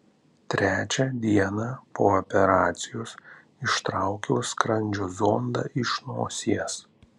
trečią dieną po operacijos ištraukiau skrandžio zondą iš nosies